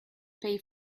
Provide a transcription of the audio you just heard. pay